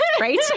Right